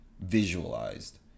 visualized